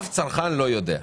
אף צרכן לא יודע.